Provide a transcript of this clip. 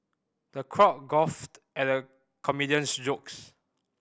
the crowd guffawed at the comedian's jokes